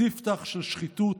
ספתח של שחיתות,